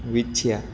વિછયા